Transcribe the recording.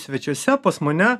svečiuose pas mane